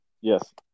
Yes